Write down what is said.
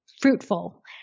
fruitful